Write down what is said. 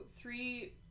three